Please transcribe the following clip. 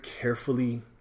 carefully